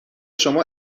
شما